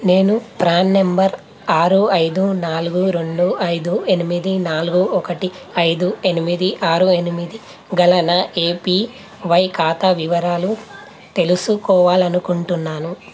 నేను PRAN number ఆరు ఐదు నాలుగు రెండు ఐదు ఎనిమిది నాలుగు ఒకటి ఐదు ఎనిమిది ఆరు ఎనిమిది గల నా ఏపివై ఖాతా వివరాలు తెలుసుకోవాలనుకుంటున్నాను